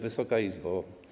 Wysoka Izbo!